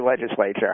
legislature